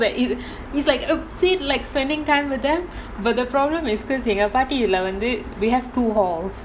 while they are there so that it it's like a bit like spending time with them but the problem is பாட்டிலாம் வந்து:paatilaam vandhu we have two halls